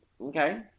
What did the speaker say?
okay